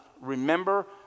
Remember